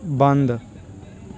ਬੰਦ